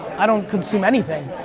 i don't consume anything.